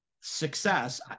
success